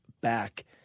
back